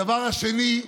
הדבר השני,